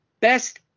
best